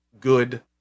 good